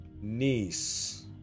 niece